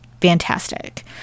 fantastic